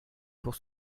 pour